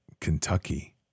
Kentucky